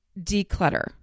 declutter